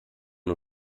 nur